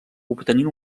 obtenint